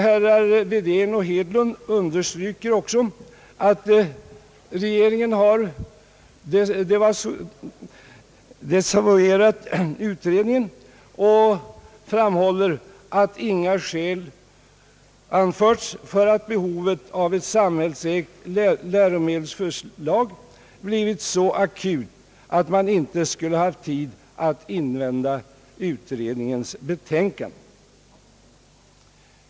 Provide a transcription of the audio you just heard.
Herrar Wedén och Hedlund understryker att regeringen har desavouerat utredningen och framhåller att inga skäl anförts för att behovet av ett samhällsägt läromedelsförlag blivit så akut att man inte skulle haft tid att invänta utredningens betänkande.